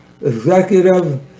executive